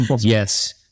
yes